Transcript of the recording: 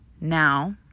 now